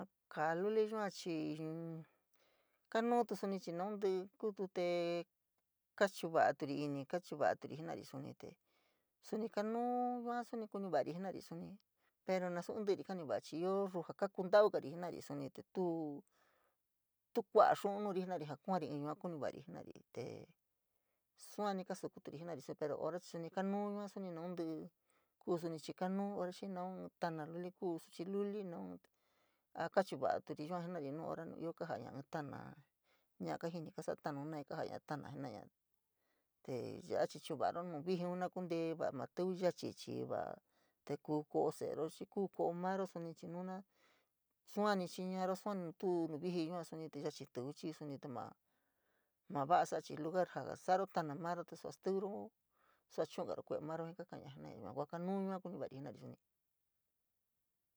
Kaa luli yua chií kanuutu suní chii nauntí kuuto tee kaachu´va´atori ini, kaachu va´aturi suní te, suní kanúú yua suní kunchavari jenari suní pero tuu íntíri kañuuari chií ioo ñuu kakuntaugar jenari suní te ñuu, tu kuota suní nuñ jenari jao kuar in yuu kuninvaari jenari te suní kasukuri jenari. Nuu komon jii inka tií, koo chií suní kanuú oon ñii naun ñaamo luli tuu soo- luli ñii naun añ kaachu- valatori yua jenari in koo ñii este. Kaa jenari in xano ñii kajintí sola tano jenari te yala chivaro nu vijiiñ na kunte. Kua vee tiñi yochí chií niñtou te koo kua suní chivaro kuu kua mentó suní chiinu jii suní chivaro koo este nu vijiiñ yuu chií vachitó chií suní. Te maa vale saa, lugar joo saaro tano maana suní koo suaan chiugaro kuee maru kaa ka´aña yua inka kuu kanuu vua kuñava´ari jenari suní.